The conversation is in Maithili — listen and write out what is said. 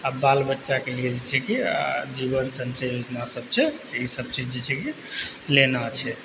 आओर बाल बच्चाके लिये जे छै कि जीवन संचय योजना सब छै ई सब चीज जे छै कि लेना छै